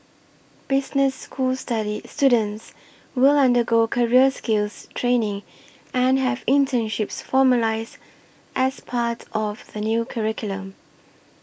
business school study students will undergo career skills training and have internships formalised as part of the new curriculum